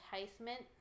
enticement